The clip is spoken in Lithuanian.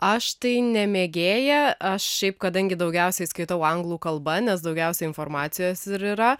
aš tai ne mėgėja aš šiaip kadangi daugiausiai skaitau anglų kalba nes daugiausiai informacijos ir yra